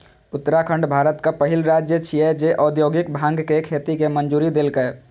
उत्तराखंड भारतक पहिल राज्य छियै, जे औद्योगिक भांग के खेती के मंजूरी देलकै